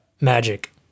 magic